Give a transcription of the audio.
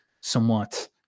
somewhat